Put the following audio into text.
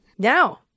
Now